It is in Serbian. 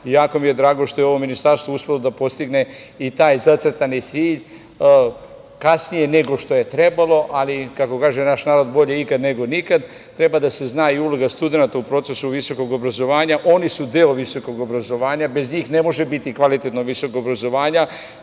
jako mi je drago što je ovo ministarstvo uspelo da postigne i taj zacrtani cilj, kasnije nego što je trebalo, ali, kako kaže naš narod - bolje ikad nego nikad. Treba da se zna i uloga studenata u procesu visokog obrazovanja. Oni su deo visokog obrazovanja i bez njih ne može biti kvalitetnog visokog obrazovanja.